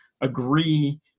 agree